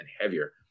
heavier